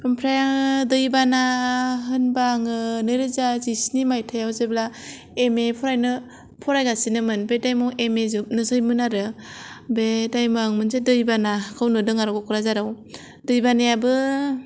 आमफ्राय दैबाना होनबा आंङो नैरोजा जिस्नि मायथाइयाव जेब्ला एमए फरायनो फरायगासिनोमोन बे टाइमाव एमए जोबनोसैमोन आरो बे टाइमाव होनबा मोनसे दैबानाखौ नुदों आरो क'क्राझाराव दै बानायाबो